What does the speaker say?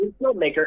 filmmaker